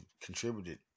contributed